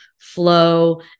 flow